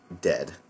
dead